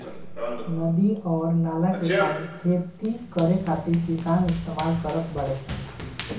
नदी अउर नाला के पानी खेती करे खातिर किसान इस्तमाल करत बाडे सन